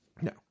no